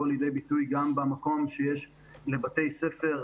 לידי ביטוי גם במקום שיש לבתי ספר,